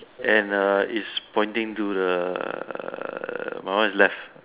and err it's pointing to the my one is left